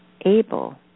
able